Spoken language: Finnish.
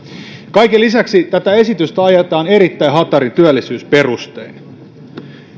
kaiken lisäksi tätä esitystä ajetaan erittäin hatarin työllisyysperustein